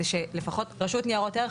זה שלפחות רשות ניירות ערך,